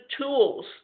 tools